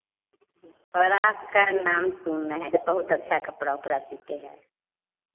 पर आपका नाम सुने हैं कि बहुत अच्छा कपड़ा ओपड़ा सीते है